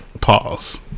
Pause